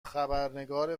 خبرنگار